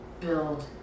build